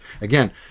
again